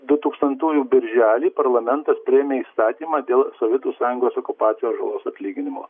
dutūkstantųjų birželį parlamentas priėmė įstatymą dėl sovietų sąjungos okupacijos žalos atlyginimo